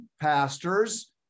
pastors